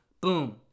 boom